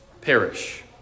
perish